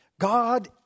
God